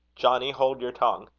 johnny, hold your tongue!